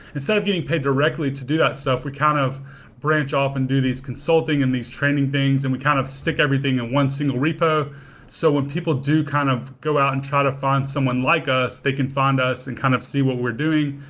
instead of getting paid directly to do that stuff, we kind of branch off and do these consulting and these training things and we kind of stick everything in one single repo so when people do kind of go out and try to find someone like us, they can find us and kind of see what we're doing.